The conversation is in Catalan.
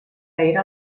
era